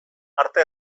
arte